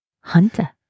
Hunter